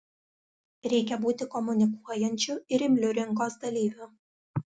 reikia būti komunikuojančiu ir imliu rinkos dalyviu